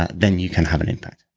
then you can have an impact